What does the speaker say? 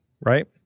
right